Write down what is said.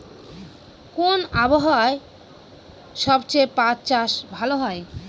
কোন আবহাওয়ায় সবচেয়ে পাট চাষ ভালো হয়?